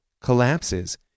collapses